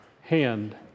hand